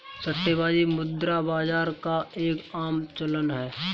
सट्टेबाजी मुद्रा बाजार का एक आम चलन है